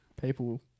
people